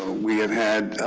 ah we have had